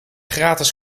gratis